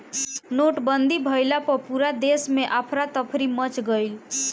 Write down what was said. नोटबंदी भइला पअ पूरा देस में अफरा तफरी मच गईल